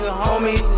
homie